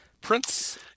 Prince